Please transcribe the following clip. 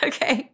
Okay